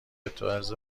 بطرز